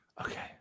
Okay